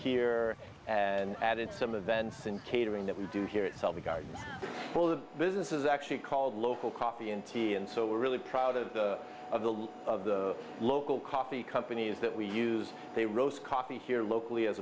here and added some of benson catering that we do here it's all the gardens full of businesses actually called local coffee and tea and so we're really proud of the of the of the local coffee companies that we use they roast coffee here locally as